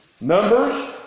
Numbers